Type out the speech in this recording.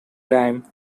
time